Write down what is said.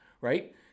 right